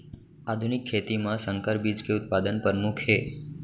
आधुनिक खेती मा संकर बीज के उत्पादन परमुख हे